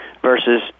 versus